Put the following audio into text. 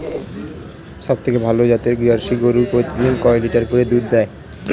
সবথেকে ভালো জাতের জার্সি গরু প্রতিদিন কয় লিটার করে দুধ দেয়?